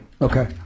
Okay